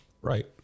Right